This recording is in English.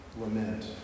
lament